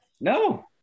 no